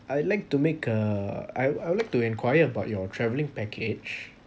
I'd like to make a I I would like to enquire about your travelling package